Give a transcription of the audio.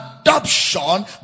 adoption